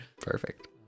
perfect